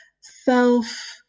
self